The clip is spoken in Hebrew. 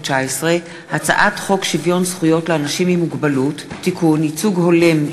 שלישית: הצעת חוק הרשויות המקומיות (בחירות) (תיקון מס' 44),